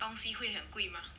东西会很贵吗